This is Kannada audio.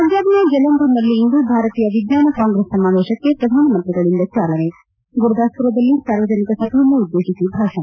ಪಂಜಾಬ್ನ ಜಲಂಧರ್ನಲ್ತಿಂದು ಭಾರತೀಯ ವಿಜ್ಞಾನ ಕಾಂಗ್ರೆಸ್ ಸಮಾವೇಶಕ್ಕೆ ಪ್ರಧಾನಮಂತ್ರಿಗಳಿಂದ ಚಾಲನೆ ಗುರುದಾಸ್ಪುರದಲ್ಲಿ ಸಾರ್ವಜನಿಕ ಸಭೆಯನ್ನುದ್ಗೇಶಿಸಿ ಭಾಷಣ